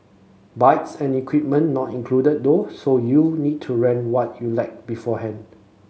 bikes and equipment not included though so you need to rent what you lack beforehand